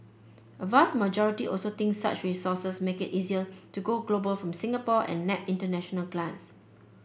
a vast majority also think such resources make it easier to go global from Singapore and nab international clients